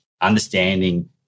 understanding